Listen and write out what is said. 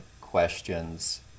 questions